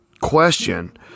question